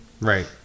Right